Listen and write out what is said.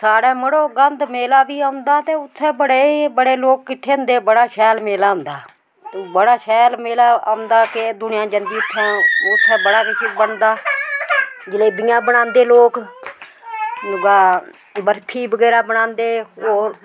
साढ़ै मड़ो गंध मेला बी औंदा ते उत्थे बड़े बड़े लोक किट्ठे होंदे बड़ा शैल मेला होंदा बड़ा शैल मेला औंदा केह् दुनियां जंदी उत्थें उत्थें बड़ा किश बनदा जलेबियां बनांदे लोक दूआ वर्फी बगैरा बनांदे होर